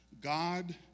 God